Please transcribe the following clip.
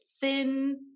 thin